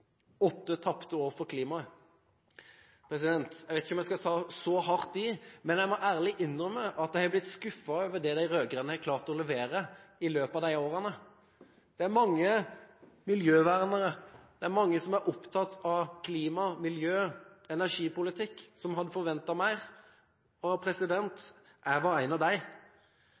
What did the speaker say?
Åtte tapte år for klimaet. Jeg vet ikke om jeg skal ta så hardt i, men jeg må ærlig innrømme at jeg har blitt skuffet over det de rød-grønne har klart å levere i løpet av de årene. Det er mange miljøvernere – det er mange som er opptatt av klima, miljø og energipolitikk – som hadde forventet mer, og jeg er en av